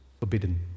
forbidden